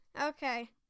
Okay